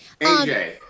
AJ